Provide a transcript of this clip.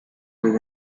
with